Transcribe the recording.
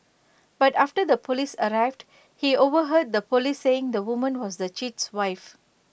but after the Police arrived he overheard the Police saying the woman was the cheat's wife